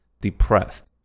depressed